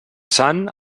sant